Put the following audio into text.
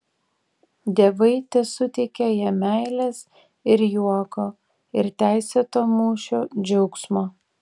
dievai tesuteikia jam meilės ir juoko ir teisėto mūšio džiaugsmo